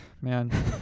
man